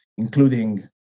including